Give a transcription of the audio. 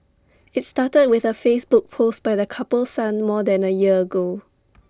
IT started with A Facebook post by the couple's son more than A year ago